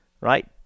right